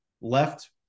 left